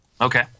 Okay